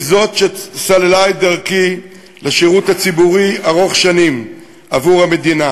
היא שסללה את דרכי לשירות ציבורי ארוך שנים עבור המדינה,